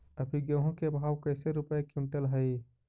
अभी गेहूं के भाव कैसे रूपये क्विंटल हई?